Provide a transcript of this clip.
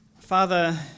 Father